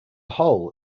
whole